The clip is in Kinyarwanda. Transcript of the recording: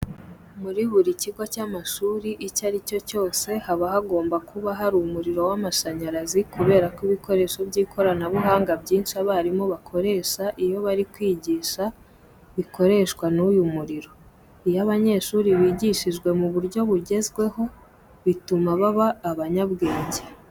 Muri buri kigo cy'amashuri icyo ari cyo cyose haba hagomba kuba hari umuriro w'amashanyarazi kubera ko ibikoresho by'ikoranabuhanga byinshi abarimu bakoresha iyo bari kwigisha bikoreshwa n'uyu muriro. Iyo abanyeshuri bigishijwe mu buryo bugezweho bituma baba abanyabwenge.